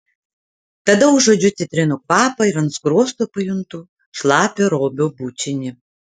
tada užuodžiu citrinų kvapą ir ant skruosto pajuntu šlapią robio bučinį